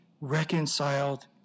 reconciled